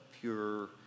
pure